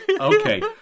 okay